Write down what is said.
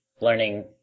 learning